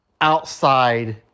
outside